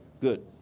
Good